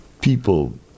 People